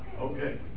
Okay